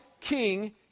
king